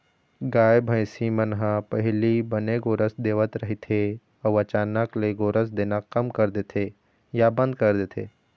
गाय, भइसी मन ह पहिली बने गोरस देवत रहिथे अउ अचानक ले गोरस देना कम कर देथे या बंद कर देथे